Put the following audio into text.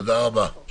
תודה רבה.